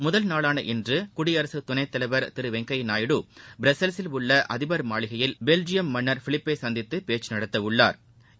முதல் நாளான இன்று குடியரகத் துணைத்தலைவா் திரு வெங்கையநாயுடு பிரஸில்சில் உள்ள அதிபா் அரண்மனையில் பெல்ஜியம் மன்னா் பிலிப்பை சந்தித்து பேச்சு நடத்த உள்ளாா்